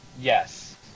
Yes